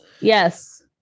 Yes